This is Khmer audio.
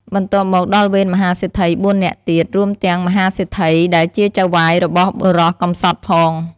បន្ទាប់មកដល់វេនមហាសេដ្ឋី ៤ នាក់ទៀត រួមទាំងមហាសេដ្ឋីដែលជាចៅហ្វាយរបស់បុរសកំសត់ផង។